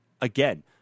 again